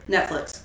Netflix